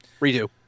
redo